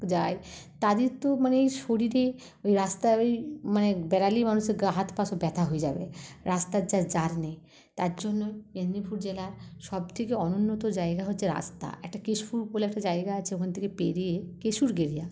যায় তাদের তো মানে শরীরে রাস্তার ওই মানে বেড়ালেই মানুষের গা হাত পা সব ব্যথা হয়ে যাবে রাস্তার যা জার্নি তার জন্য মেদিনীপুর জেলা সব থেকে অনুন্নত জায়গা হচ্ছে রাস্তা একটা কেশপুর বলে একটা জায়গা আছে ওখান থেকে পেড়িয়ে কেসুরগেড়িয়া